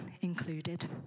included